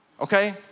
okay